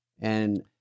And-